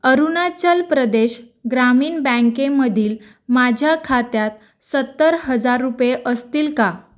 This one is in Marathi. अरुणाचल प्रदेश ग्रामीण बँकेमधील माझ्या खात्यात सत्तर हजार रुपये असतील का